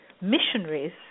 missionaries